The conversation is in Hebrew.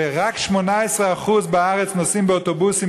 ורק 18% בארץ נוסעים באוטובוסים,